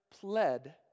pled